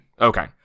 Okay